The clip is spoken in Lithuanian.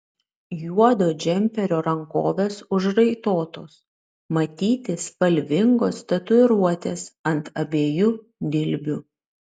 juodo džemperio rankovės užraitotos matyti spalvingos tatuiruotės ant abiejų dilbių